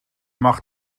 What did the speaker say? mag